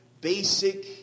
basic